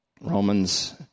Romans